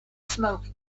smoke